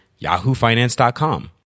yahoofinance.com